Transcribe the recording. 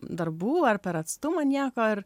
darbų ar per atstumą nieko ir